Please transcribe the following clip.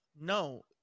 No